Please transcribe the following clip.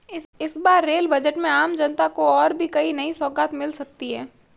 इस बार rail budget में आम जनता को और भी कई नई सौगात मिल सकती हैं